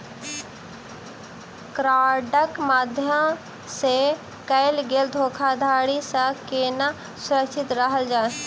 कार्डक माध्यम सँ कैल गेल धोखाधड़ी सँ केना सुरक्षित रहल जाए?